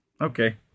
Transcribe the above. Okay